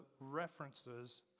references